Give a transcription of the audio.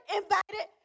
invited